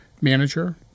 manager